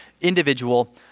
individual